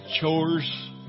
chores